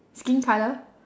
skin colour